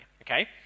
okay